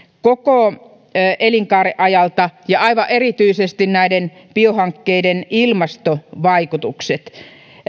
koko elinkaaren ajalta ja aivan erityisesti näiden biohankkeiden ilmastovaikutukset